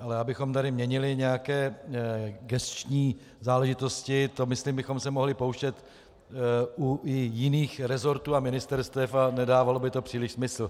Ale abychom tady měnili nějaké gesční záležitosti, to myslím bychom se mohli pouštět i u jiných resortů a ministerstev a nedávalo by to příliš smysl.